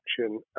action